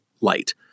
light